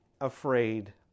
afraid